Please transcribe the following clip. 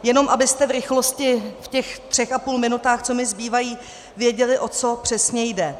Jenom abyste v rychlosti, v těch třech a půl minutách, co mi zbývají, věděli, o co přesně jde.